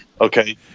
Okay